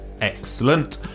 Excellent